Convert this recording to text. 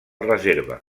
reserva